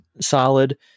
solid